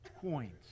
coins